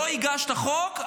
לא הגשת חוק,